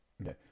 okay